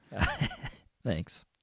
Thanks